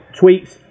tweets